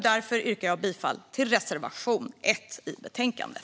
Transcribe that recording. Därför yrkar jag bifall till reservation 1 i betänkandet.